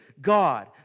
God